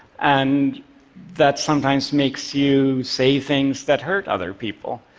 and that sometimes makes you say things that hurt other people.